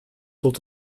tot